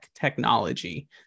technology